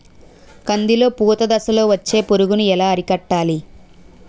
కందిలో పూత దశలో వచ్చే పురుగును ఎలా అరికట్టాలి?